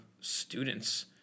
students